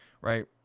right